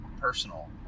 personal